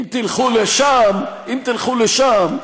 אם תלכו לשם, אם תלכו לשם,